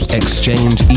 exchange